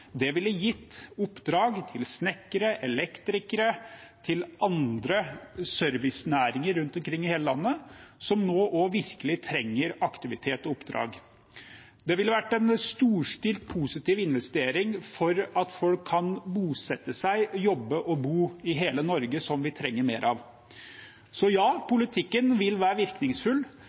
Det ville gitt oppdrag til snekkere, elektrikere og andre servicenæringer rundt omkring i hele landet, som nå virkelig trenger aktivitet og oppdrag. Det ville vært en storstilt positiv investering for at folk kan bosette seg, jobbe og bo i hele Norge – som vi trenger mer av. Så ja, politikken vil være virkningsfull.